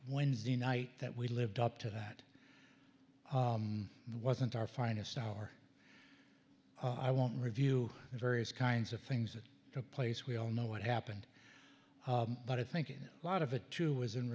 wednesday night that we lived up to that wasn't our finest hour i won't review the various kinds of things that took place we all know what happened but i think a lot of it too was in